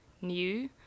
new